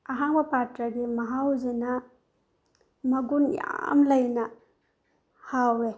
ꯑꯍꯥꯡꯕ ꯄꯥꯇ꯭ꯔꯥꯒꯤ ꯃꯍꯥꯎꯁꯤꯅ ꯃꯒꯨꯟ ꯌꯥꯝ ꯂꯩꯅ ꯍꯥꯎꯏ